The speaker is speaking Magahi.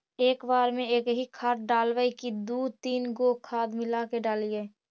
एक बार मे एकही खाद डालबय की दू तीन गो खाद मिला के डालीय?